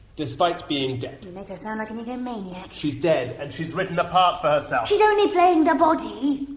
despite being dead. you make her sound like an egomaniac. she's dead and she's written a part for herself! so she's only playing the body!